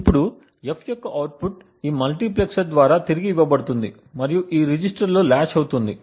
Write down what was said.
ఇప్పుడు F యొక్క output ఈ మల్టీప్లెక్సర్ ద్వారా తిరిగి ఇవ్వబడుతుంది మరియు ఈ రిజిస్టర్లో లాచ్ అవుతుంది